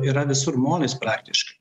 yra visur molis praktiškai